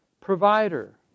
provider